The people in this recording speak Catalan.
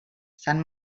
sant